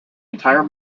entire